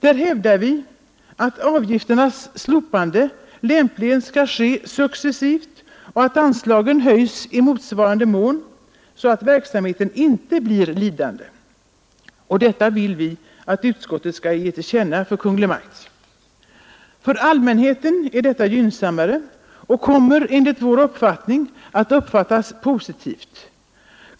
Där hävdar vi att avgifternas slopande lämpligen skall ske successivt och att anslagen höjs i motsvarande mån så att verksamheten inte blir lidande. Och detta vill vi att utskottet skall ge till känna för Kungl. Maj:t. För allmänheten är detta gynnsammare, och det kommer enligt vår uppfattning att uppfattas positivt.